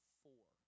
four